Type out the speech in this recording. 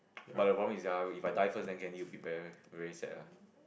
but the problem is right if I die first then Kenny will be very very sad lah